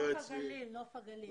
נוף הגליל.